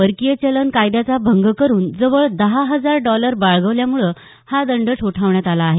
परकीय चलन कायद्याचा भंग करून जवळ दहा हजार डॉलर बाळगल्यामुळं हा दंड ठोठावण्यात आला आहे